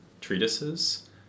treatises